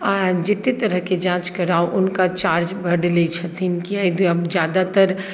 आ जतेक तरहके जाँच कराउ हुनका चार्ज बड्ड लैत छथिन किया ज्यादातर